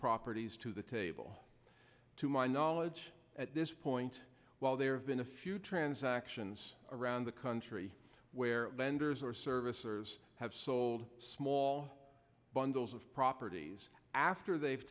properties to the table to my knowledge at this point while there have been a few transactions around the country where vendors or servicers have sold small bundles of properties after they've